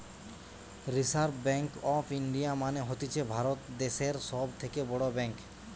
reserve Bank of India মানে হতিছে ভারত দ্যাশের সব থেকে বড় ব্যাঙ্ক